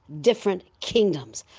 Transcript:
different kingdoms!